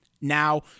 Now